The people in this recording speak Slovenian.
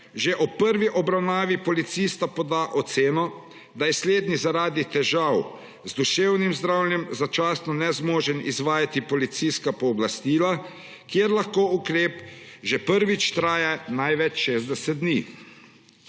že ob prvi obravnavi policista poda oceno, da je slednji zaradi težav z duševnim zdravjem začasno nezmožen izvajati policijska pooblastila, kjer lahko ukrep že prvič traja največ 60 dni.